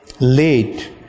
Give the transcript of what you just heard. late